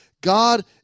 God